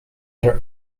their